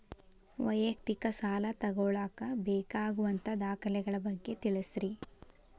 ವೈಯಕ್ತಿಕ ಸಾಲ ತಗೋಳಾಕ ಬೇಕಾಗುವಂಥ ದಾಖಲೆಗಳ ಬಗ್ಗೆ ತಿಳಸ್ರಿ